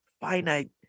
finite